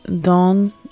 Don